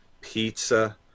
pizza